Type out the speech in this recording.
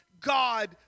God